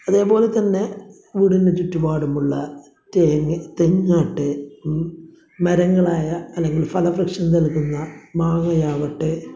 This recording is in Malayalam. അതേപോലെ തന്നെ വീടിനു ചുറ്റുപാടുമുള്ള തേങ്ങ തെങ്ങാകട്ടെ മരങ്ങളായ അല്ലെങ്കില് ഫലവൃക്ഷം നല്കുന്ന മാങ്ങയാവട്ടെ